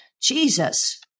Jesus